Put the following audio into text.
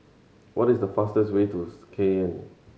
what is the fastest way to Cayenne